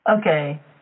Okay